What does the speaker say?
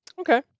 Okay